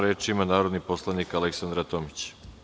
Reč ima narodni poslanik Aleksandra Tomić.